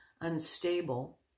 unstable